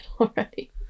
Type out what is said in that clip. already